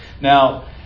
Now